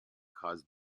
cause